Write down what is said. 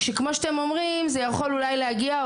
שכמו שאתם אומרים זה יכול אותי להגיע,